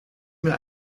mir